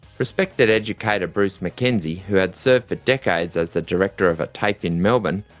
respected educator bruce mackenzie, who had served for decades as the director of a tafe in melbourne,